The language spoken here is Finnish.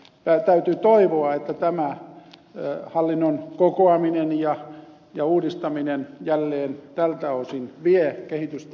ja täytyy toivoa että tämä hallinnon kokoaminen ja uudistaminen jälleen tältä osin vie kehitystä oikeaan suuntaan